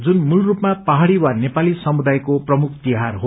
जुन मूल रूपमा पहाड़ी वा नेपाली समुदायका प्रमुख तिहार हो